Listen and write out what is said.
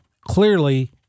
clearly